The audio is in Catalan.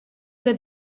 que